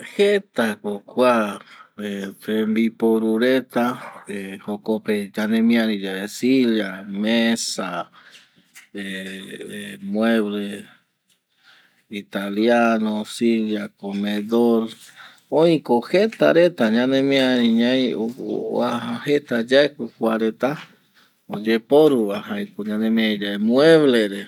Jeta ko kua tembiporu reta jokope ñanemiari yae silla, mesa mueble italiano silla, comedor, oi ko jeta reta ñanemiari ñai vuaja jeta yae kua reta oyeporuva jaeko ñanemiari yae mueble re